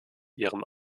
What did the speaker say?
ihren